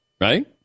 right